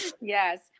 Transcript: Yes